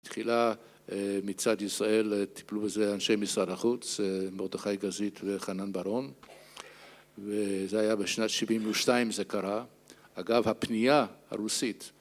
התחילה מצד ישראל, טיפלו בזה אנשי משרד החוץ, מרדכי גזית וחנן ברון וזה היה בשנת 72' זה קרה אגב, הפנייה הרוסית